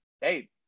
Hey